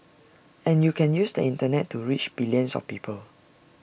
and you can use the Internet to reach billions of people